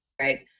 right